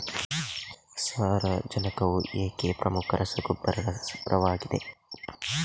ಸಾರಜನಕವು ಏಕೆ ಪ್ರಮುಖ ರಸಗೊಬ್ಬರವಾಗಿದೆ?